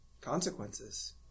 consequences